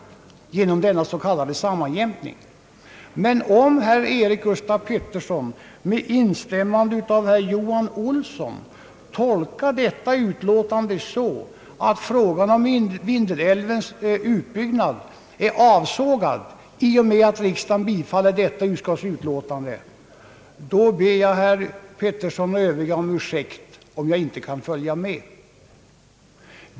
Men om herr Eric Gustaf Peterson med instämmande av herr Johan Olsson tolkar detta utlåtande så att frågan om Vindelälvens utbyggnad är avsågad i och med att riksdagen bifaller utskottets hemställan, då ber jag herr Peterson och övriga om ursäkt om jag inte kan följa med.